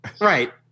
Right